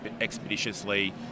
expeditiously